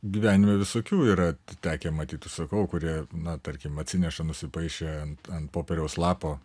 gyvenime visokių yra tekę matyt užsakovų kurie na tarkim atsineša nusipaišę ant ant popieriaus lapo